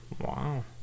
Wow